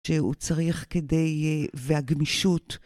שהוא צריך כדי... והגמישות.